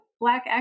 Black